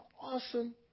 awesome